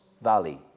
Valley